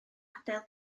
adael